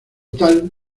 tal